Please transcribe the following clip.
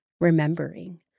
remembering